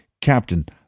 Captain